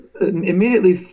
immediately